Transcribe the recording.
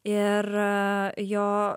ir jo